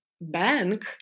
bank